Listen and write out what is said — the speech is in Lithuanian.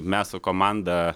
mes su komanda